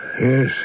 Yes